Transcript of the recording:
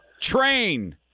Train